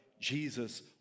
jesus